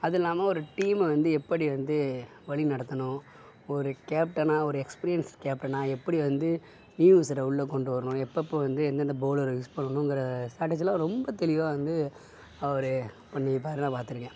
அதுல்லாமல் ஒரு டீமை வந்து எப்படி வந்து வழி நடத்தணும் ஒரு கேப்டனாக ஒரு எக்ஸ்பீரியன்ஸ் கேப்டனாக எப்படி வந்து நியூ யூசரை உள்ளே கொண்டு வரணும் எப்பப்போ வந்து எந்தெந்த பௌலரை யூஸ் பண்ணணுங்கிற ஸ்டேட்டர்ஜிலாம் ரொம்ப தெளிவாக வந்து அவர் பண்ணியிருப்பாரு நான் பார்த்துருக்கேன்